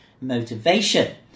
motivation